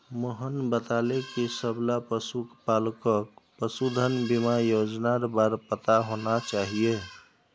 मोहन बताले कि सबला पशुपालकक पशुधन बीमा योजनार बार पता होना चाहिए